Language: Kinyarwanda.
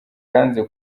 yanze